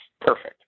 perfect